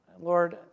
Lord